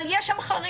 בחוק זה יש חריג,